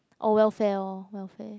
oh welfare oh welfare